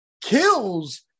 Kills